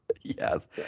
Yes